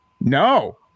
No